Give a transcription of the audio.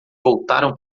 voltaram